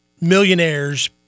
millionaires